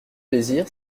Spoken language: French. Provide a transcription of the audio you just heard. plaisir